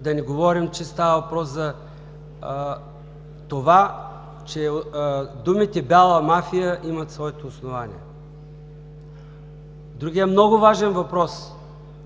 Да не говорим, че става въпрос за това, че думите „бяла мафия“ имат своите основания. Другият много важен въпрос,